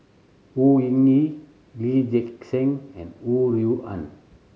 Au Hing Yee Lee Gek Seng and Ho Rui An